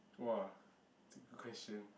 woah trick question